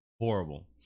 horrible